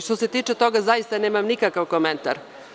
Što se tiče toga zaista nemam nikakav komentar.